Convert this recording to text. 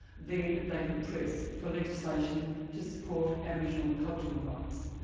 then they could press for legislation to support aboriginal cultural rights,